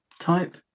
type